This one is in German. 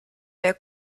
der